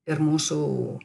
ir mūsų